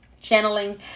channeling